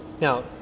now